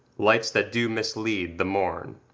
lights that do mislead the morn.